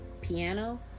piano